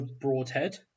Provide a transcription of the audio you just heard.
Broadhead